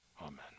Amen